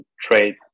trade